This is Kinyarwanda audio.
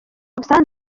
busanzwe